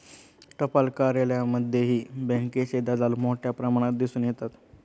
टपाल कार्यालयांमध्येही बँकेचे दलाल मोठ्या प्रमाणात दिसून येतात